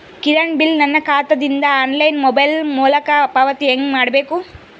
ಕಿರಾಣಿ ಬಿಲ್ ನನ್ನ ಖಾತಾ ದಿಂದ ಆನ್ಲೈನ್ ಮೊಬೈಲ್ ಮೊಲಕ ಪಾವತಿ ಹೆಂಗ್ ಮಾಡಬೇಕು?